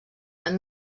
amb